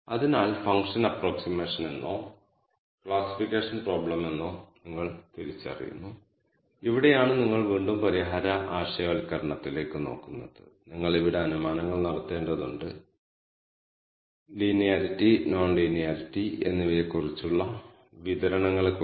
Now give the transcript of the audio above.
അതിനാൽ K എന്ന ക്ലസ്റ്ററുകളുടെ ഒപ്റ്റിമൽ എണ്ണം കണക്കാക്കാൻ നമ്മളെ സഹായിക്കുന്ന എൽബോ മെത്തേഡ് എന്ന് വിളിക്കപ്പെടുന്ന ഒരു രീതിയുണ്ട്